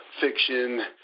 fiction